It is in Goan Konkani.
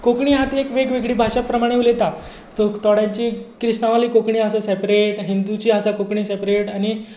कोंकणी आसा ती वेगळी वेगळी भाशा प्रमाणें उलयतात थोड्यांची क्रिस्तावाली कोंकणी आसा सॅपरेट हिंदूची कोंकणी आसा सॅपरेट